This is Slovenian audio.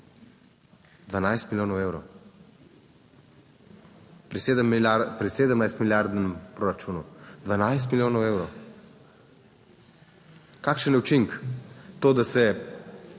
12 milijonov evrov pri 17 milijardnem proračunu 12 milijonov evrov. Kakšen je učinek? To, da se